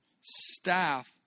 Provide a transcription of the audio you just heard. staff